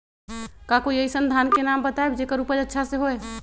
का कोई अइसन धान के नाम बताएब जेकर उपज अच्छा से होय?